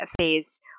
phase